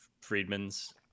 Friedman's